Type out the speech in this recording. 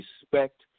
respect